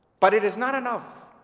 but it is not enough